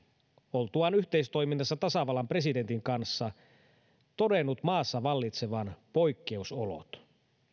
oltuaan yhteistoiminnassa tasavallan presidentin kanssa todennut maassa vallitsevan poikkeusolot